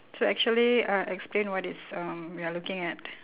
so actually I explain what is uh we are looking at